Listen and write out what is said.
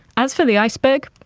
as for the iceberg,